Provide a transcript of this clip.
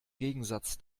gegensatz